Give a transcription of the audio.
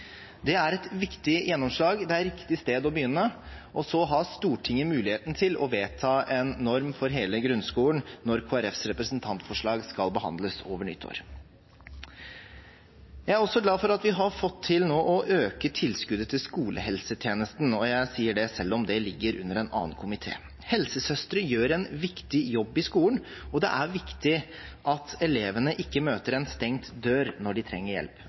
Det er et viktig gjennomslag, det er riktig sted å begynne, og så har Stortinget mulighet til å vedta en norm for hele grunnskolen når Kristelig Folkepartis representantforslag skal behandles over nyttår. Jeg er også glad for at vi har fått til å øke tilskuddet til skolehelsetjenesten, jeg sier det selv om det ligger under en annen komité. Helsesøstre gjør en viktig jobb i skolen, og det er viktig at elevene ikke møter en stengt dør når de trenger hjelp.